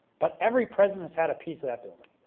but every president's had a piece of that building.